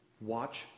Watch